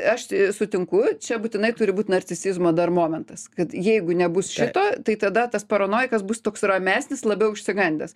aš sutinku čia būtinai turi būti narcisizmo dar momentas kad jeigu nebus šito tai tada tas paranojikas bus toks ramesnis labiau išsigandęs